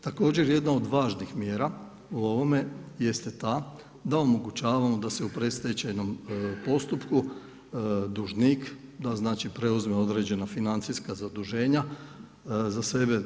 Također jedna od važnih mjera o ovome jeste ta da omogućavamo da se u predstečajnom postupku dužnik, da znači preuzme određena financijska zaduženja za sebe.